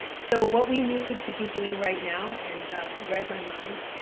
so what we need to be doing right now, and read my mind,